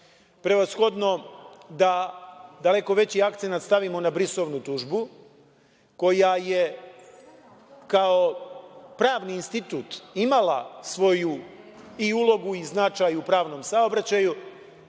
Prevashodno, da daleko veći akcenat stavimo na brisovnu tužbu koja je kao pravni institut imala svoju i ulogu i značaj u pravnom saobraćaju